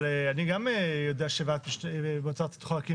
אבל אני גם יודע שהמועצה הארצית יכולה להקים